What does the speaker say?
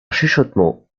chuchotement